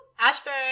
Ashburn